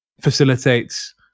facilitates